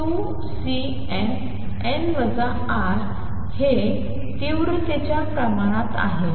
2Cnn τ हे तीव्रतेच्या प्रमाणात आहे